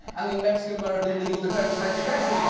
and the mexican american legal defense and educational